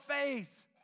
faith